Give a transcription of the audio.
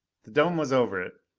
the dome was over it.